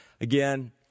again